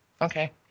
okay